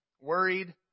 Worried